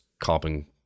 carbon